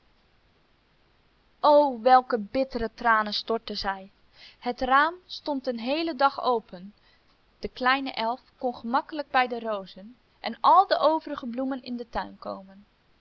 o welke bittere tranen stortte zij het raam stond den heelen dag open de kleine elf kon gemakkelijk bij de rozen en al de overige bloemen in den tuin komen